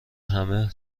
همه